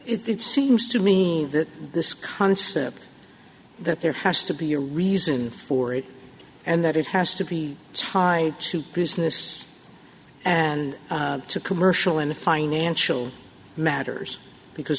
it seems to me that this concept that there has to be a reason for it and that it has to be tied to prisoners and to commercial and financial matters because